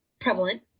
prevalent